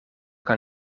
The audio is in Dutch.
kan